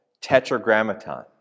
tetragrammaton